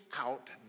out